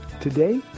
today